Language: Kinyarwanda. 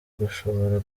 gushobora